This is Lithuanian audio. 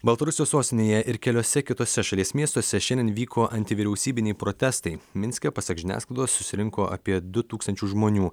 baltarusijos sostinėje ir keliose kitose šalies miestuose šiandien vyko antivyriausybiniai protestai minske pasak žiniasklaidos susirinko apie du tūkstančius žmonių